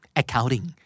accounting